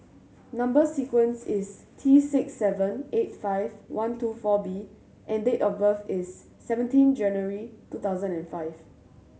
number sequence is T six seven eight five one two four B and date of birth is seventeen January two thousand and five